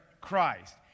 Christ